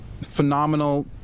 phenomenal